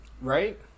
Right